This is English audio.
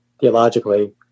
theologically